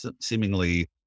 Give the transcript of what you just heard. seemingly